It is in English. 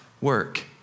work